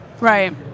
Right